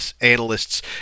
analysts